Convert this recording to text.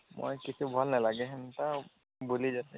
କଁ ହୋଇଛି କିଛି ଭଲ୍ ନ ଲାଗେ ହେନ୍ତା ବୁଲି ଯାଇଥିଲି